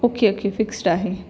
okay okay fixed आहे